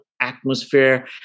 atmosphere